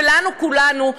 ולנו כולנו,